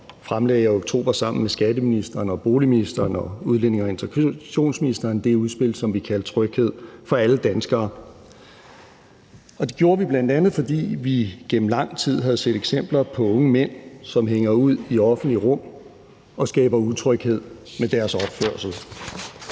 fremlagde jeg i oktober sammen med skatteministeren, boligministeren og udlændinge- og integrationsministeren det udspil, som vi kaldte »Tryghed for alle danskere«. Og det gjorde vi bl.a., fordi vi igennem lang tid havde set eksempler på unge mænd, som hænger ud i offentlige rum og skaber utryghed med deres opførsel.